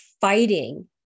fighting